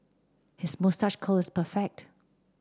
his moustache curl is perfect